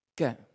Okay